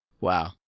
Wow